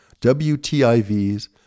WTIVs